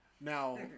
now